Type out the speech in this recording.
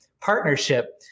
partnership